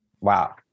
wow